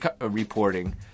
Reporting